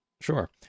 Sure